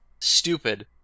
stupid